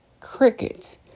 Crickets